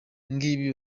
ngibi